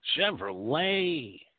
Chevrolet